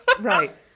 right